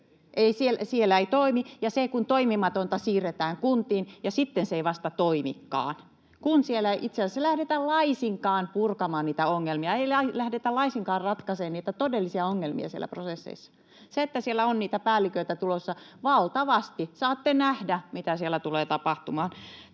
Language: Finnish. siellä ei toimi. — Ja kun toimimatonta siirretään kuntiin, niin sitten se ei vasta toimikaan, kun siellä ei itse asiassa lähdetä laisinkaan purkamaan niitä ongelmia, ei lähdetä laisinkaan ratkaisemaan niitä todellisia ongelmia siellä prosesseissa. Siellä on niitä päälliköitä tulossa valtavasti, ja saatte nähdä, mitä siellä tulee tapahtumaan.